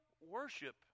worship